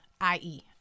I-E